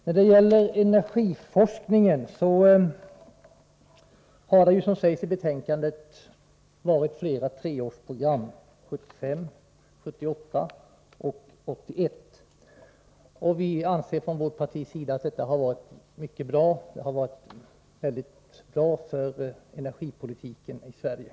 När det gäller energiforskning har det, som sägs i betänkandet, fattats beslut om flera treårsprogram, 1975, 1978 och 1981. Vi anser från vårt partis sida att detta har varit mycket bra för energipolitiken i Sverige.